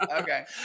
Okay